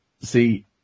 See